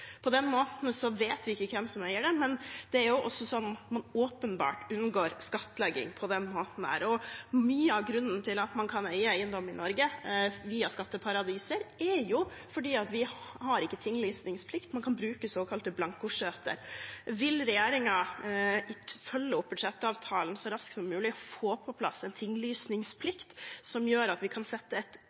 På den måten vet vi ikke hvem som eier dem, men det er på den måten man åpenbart unngår skattlegging. Mye av grunnen til at man kan eie eiendom i Norge via skatteparadiser, er at vi ikke har tinglysningsplikt. Man kan bruke såkalte blankoskjøter. Vil regjeringen følge opp budsjettavtalen så raskt som mulig og få på plass en tinglysningsplikt som gjør at vi kan sette